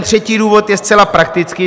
Třetí důvod je zcela praktický.